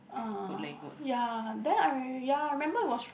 uh ya then I ya I remember it was